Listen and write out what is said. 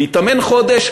להתאמן חודש,